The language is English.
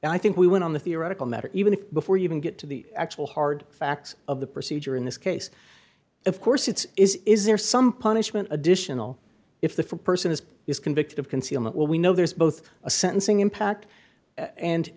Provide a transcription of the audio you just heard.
i think we went on the theoretical matter even if before you can get to the actual hard facts of the procedure in this case of course it's is is there some punishment additional if the person is convicted of concealment will we know there's both a sentencing impact and